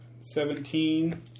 Seventeen